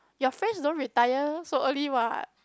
your friends don't retire so early what